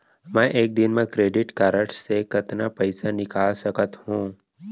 मैं एक दिन म क्रेडिट कारड से कतना पइसा निकाल सकत हो?